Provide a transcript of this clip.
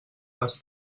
les